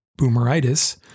boomeritis